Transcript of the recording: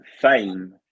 fame